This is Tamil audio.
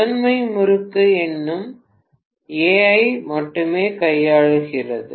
முதன்மை முறுக்கு இன்னும் A ஐ மட்டுமே கையாளுகிறது